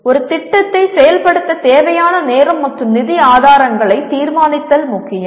ஒரு திட்டத்தை செயல்படுத்த தேவையான நேரம் மற்றும் நிதி ஆதாரங்களைத் தீர்மானித்தல் முக்கியம்